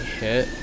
hit